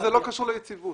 זה לא קשור ליציבות.